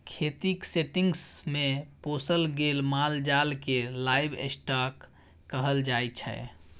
खेतीक सेटिंग्स मे पोसल गेल माल जाल केँ लाइव स्टाँक कहल जाइ छै